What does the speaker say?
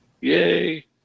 Yay